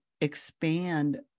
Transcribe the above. expand